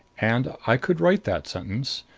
and i could write that sentence.